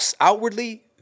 outwardly